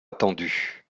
attendu